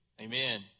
Amen